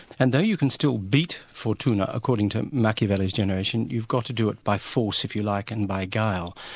and though you can still beat fortuna, according to machiavelli's generation, you've got to do it by force, if you like, and by guile.